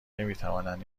نمیتوانند